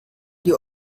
die